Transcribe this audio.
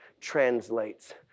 Translates